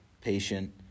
patient